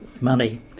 money